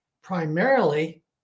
primarily